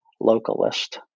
localist